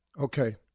Okay